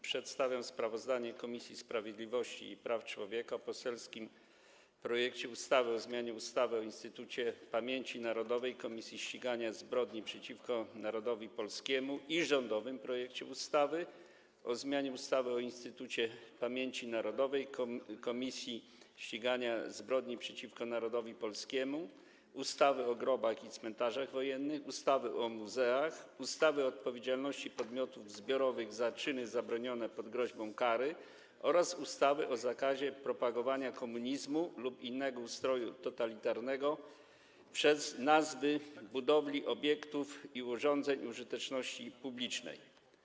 Przedstawiam sprawozdanie Komisji Sprawiedliwości i Praw Człowieka o poselskim projekcie ustawy o zmianie ustawy o Instytucie Pamięci Narodowej - Komisji Ścigania Zbrodni przeciwko Narodowi Polskiemu i rządowym projekcie ustawy o zmianie ustawy o Instytucie Pamięci Narodowej - Komisji Ścigania Zbrodni przeciwko Narodowi Polskiemu, ustawy o grobach i cmentarzach wojennych, ustawy o muzeach, ustawy o odpowiedzialności podmiotów zbiorowych za czyny zabronione pod groźbą kary oraz ustawy o zakazie propagowania komunizmu lub innego ustroju totalitarnego przez nazwy budowli, obiektów i urządzeń użyteczności publicznej.